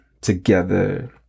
together